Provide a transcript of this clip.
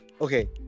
Okay